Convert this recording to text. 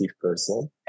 person